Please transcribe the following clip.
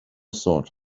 thought